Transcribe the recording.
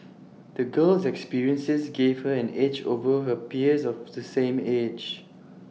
the girl's experiences gave her an edge over her peers of the same age